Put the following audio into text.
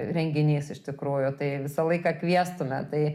renginys iš tikrųjų tai visą laiką kviestume tai